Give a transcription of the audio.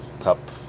cup